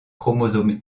chromosome